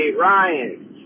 Ryan